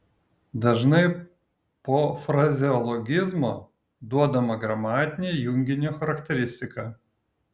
dažnai po frazeologizmo duodama gramatinė junginio charakteristika